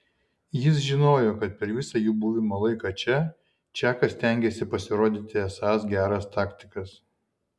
jis žinojo kad per visą jų buvimo laiką čia čakas stengiasi pasirodyti esąs geras taktikas